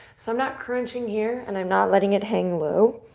so i'm not crunching here, and i'm not letting it hang low.